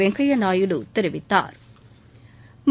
வெங்கையா நாயுடு தெரிவித்தாா்